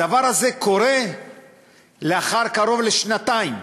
הדבר הזה קורה לאחר קרוב לשנתיים.